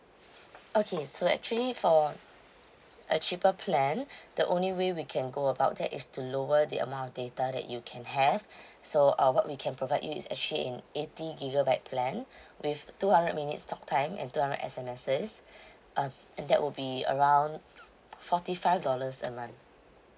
okay so actually for a cheaper plan the only way we can go about that is to lower the amount data that you can have so uh what we can provide you is actually in eighty gigabyte plan with two hundred minutes talk time and two hundred S_M_Ses um and that will be around forty five dollars a month